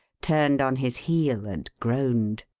turned on his heel and groaned.